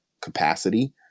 capacity